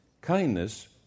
kindness